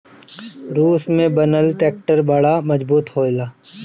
रूस में बनल ट्रैक्टर बड़ा मजबूत होत रहल